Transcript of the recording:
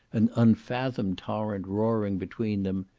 an unfathomed torrent roaring between them,